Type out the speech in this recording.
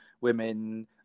women